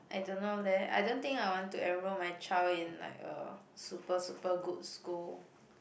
I don't know leh I don't think I want to enrol my child in like a super super good school